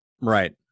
Right